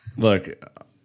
Look